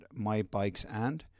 mybikesand